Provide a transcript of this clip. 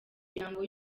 miryango